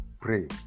pray